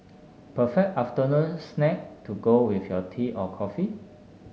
perfect afternoon snack to go with your tea or coffee